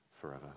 forever